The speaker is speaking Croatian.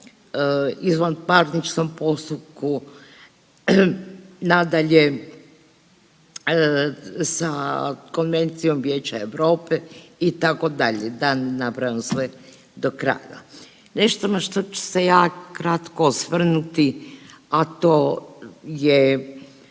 izvanparničnom postupku, nadalje, sa Konvencijom Vijeća Europe itd., da ne nabrajam sve do kraja. Nešto na što ću se ja kratko osvrnuti, a to je